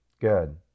Good